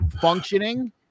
functioning